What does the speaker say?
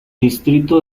distrito